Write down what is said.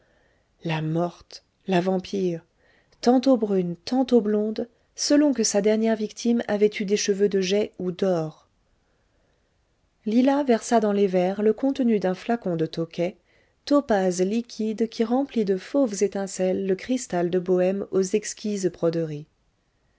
la morte la vampire tantôt brune tantôt blonde selon que sa dernière victime avait eu des cheveux de jais ou d'or lila versa dans les verres le contenu d'un flacon de tokay topaze liquide qui remplit de fauves étincelles le cristal de bohême aux exquises broderies